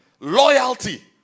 Loyalty